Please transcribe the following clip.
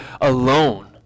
alone